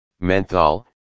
menthol